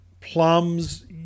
plums